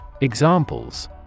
Examples